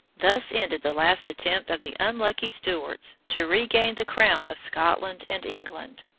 thus ended the last attempt of the unlucky stuarts to regain the crown of scotland and england.